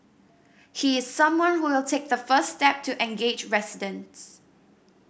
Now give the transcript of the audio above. he is someone who will take the first step to engage residents